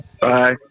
Bye